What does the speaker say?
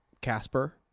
Casper